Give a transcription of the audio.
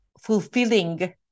fulfilling